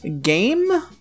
game